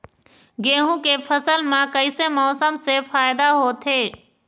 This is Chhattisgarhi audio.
गेहूं के फसल म कइसे मौसम से फायदा होथे?